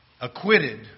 acquitted